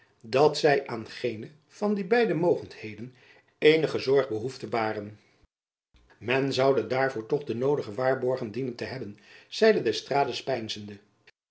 dat zy aan geene van die beide mogendheden eenige zorg behoeft te baren men zoude daarvoor toch de noodige waarborgen dienen te hebben zeide d'estrades